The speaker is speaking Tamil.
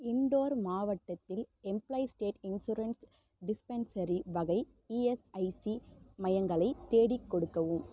இண்டோர் மாவட்டத்தில் எம்ப்ளாயீஸ் ஸ்டேட் இன்சூரன்ஸ் டிஸ்பென்சரி வகை இஎஸ்ஐசி மையங்களை தேடிக்கொடுக்கவும்